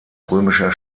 römischer